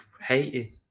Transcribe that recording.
hating